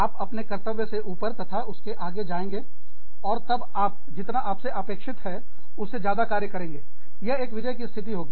आप अपने कर्तव्य से ऊपर तथा उसके आगे जाएंगे और तब आप जितना आपसे अपेक्षित है उसे ज्यादा कार्य करेंगे और यह एक विजय की स्थिति होगी